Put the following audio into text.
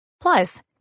Plus